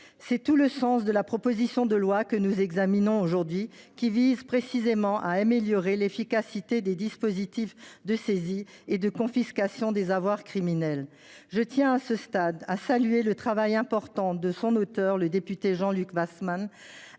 C’est tout le sens de la proposition de loi que nous examinons, qui vise précisément à améliorer l’efficacité des dispositifs de saisie et de confiscation des avoirs criminels. Je salue le travail important de son auteur, le député Jean Luc Warsmann,